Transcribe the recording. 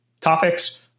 topics